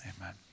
amen